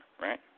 right